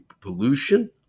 pollution